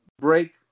break